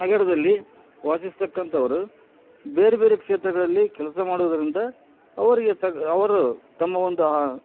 ನಗರದಲ್ಲಿ ವಾಸಿಸ್ತಕಂಥವ್ರು ಬೇರೆ ಬೇರೆ ಕ್ಷೇತ್ರಗಳಲ್ಲಿ ಕೆಲಸ ಮಾಡುದರಿಂದ ಅವರಿಗೆ ತ ಅವರು ತಮ್ಮ ಒಂದು ಆ